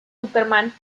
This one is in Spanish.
superman